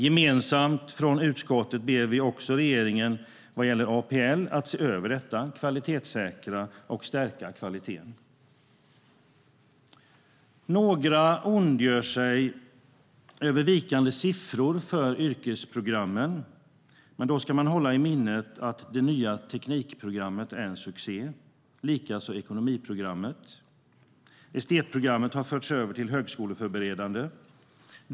Gemensamt från utskottet ber vi också regeringen att se över och stärka kvaliteten i APL. Några ondgör sig över vikande siffror för yrkesprogrammen, men då ska man hålla i minnet att det nya teknikprogrammet är en succé, likaså ekonomiprogrammet. Estetprogrammet har förts över till högskoleförberedande program.